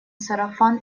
сарафан